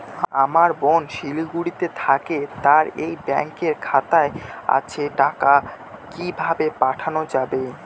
আমার বোন শিলিগুড়িতে থাকে তার এই ব্যঙকের খাতা আছে টাকা কি ভাবে পাঠানো যাবে?